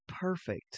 perfect